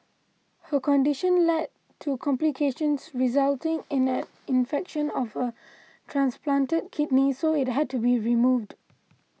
her condition led to complications resulting in an infection of her transplanted kidney so it had to be removed